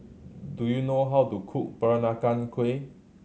do you know how to cook Peranakan Kueh